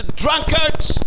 drunkards